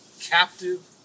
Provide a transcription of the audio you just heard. captive